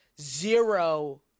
zero—